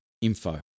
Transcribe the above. info